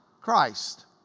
Christ